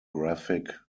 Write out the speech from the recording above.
graphic